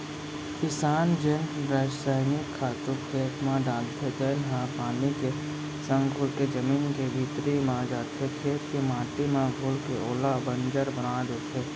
किसान जेन रसइनिक खातू खेत म डालथे तेन ह पानी के संग घुलके जमीन के भीतरी म जाथे, खेत के माटी म घुलके ओला बंजर बना देथे